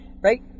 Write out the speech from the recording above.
right